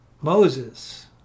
moses